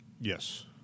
Yes